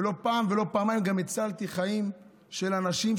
ולא פעם ולא פעמיים גם הצלתי חיים של אנשים,